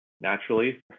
naturally